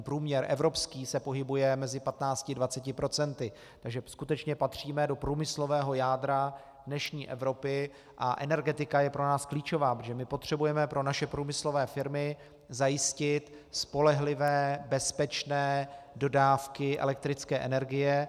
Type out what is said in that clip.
Průměr evropský se pohybuje mezi 1520 %, takže skutečně patříme do průmyslového jádra dnešní Evropy a energetika je pro nás klíčová, protože potřebujeme pro naše průmyslové firmy zajistit spolehlivé, bezpečné dodávky elektrické energie.